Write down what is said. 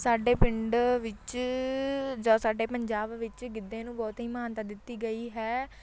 ਸਾਡੇ ਪਿੰਡ ਵਿੱਚ ਜਾਂ ਸਾਡੇ ਪੰਜਾਬ ਵਿੱਚ ਗਿੱਧੇ ਨੂੰ ਬਹੁਤ ਹੀ ਮਹਾਨਤਾ ਦਿੱਤੀ ਗਈ ਹੈ